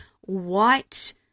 white